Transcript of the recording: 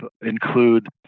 include